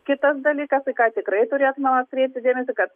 kitas dalykas tai į ką tikrai turėtumėm atkreipti dėmesį kad